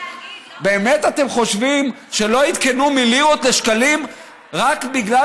באמת אתם חושבים שלא עדכנו מלירות לשקלים רק בגלל